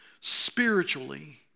spiritually